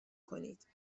کنید